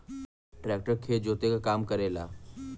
tractor खेत जोते क काम करेला